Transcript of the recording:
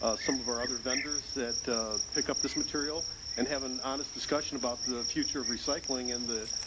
ah some of our other vendors that a pick up this material and have an honest discussion about the future of recycling. and the,